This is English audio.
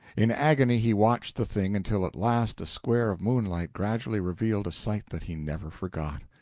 in agony he watched the thing until at last a square of moonlight gradually revealed a sight that he never forgot.